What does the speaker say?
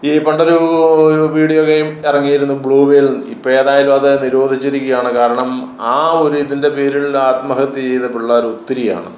ഈ പണ്ടൊരൂ video game ഇറങ്ങിയിരുന്നു ബ്ലൂ വെയിൽ ഇപ്പോൾ ഏതായാലും അത് നിരോധിച്ചിരിക്കുകയാണ് കാരണം ആ ഒരു ഇതിൻ്റെ പേരിൽ ആത്മഹത്യ ചെയ്ത പിള്ളേർ ഒത്തിരിയാണ്